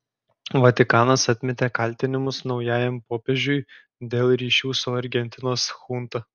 vatikanas atmetė kaltinimus naujajam popiežiui dėl ryšių su argentinos chunta